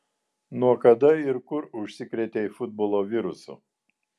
nuo kada ir kur užsikrėtei futbolo virusu